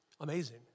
Amazing